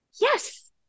Yes